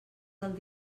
del